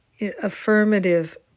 affirmative